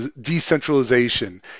decentralization